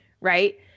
right